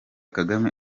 kagame